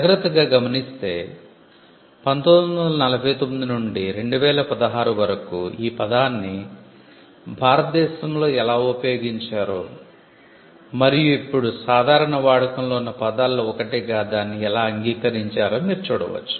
జాగ్రత్తగా గమనిస్తే 1949 నుండి 2016 వరకు ఈ పదాన్ని భారతదేశంలో ఎలా ఉపయోగించారో మరియు ఇప్పుడు సాధారణ వాడకంలో ఉన్న పదాలలో ఒకటిగా దాన్ని ఎలా అంగీకరించారో మీరు చూడవచ్చు